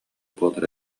буолар